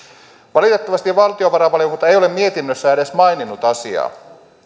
valitettavasti valtiovarainvaliokunta ei ole mietinnössään edes maininnut asiaa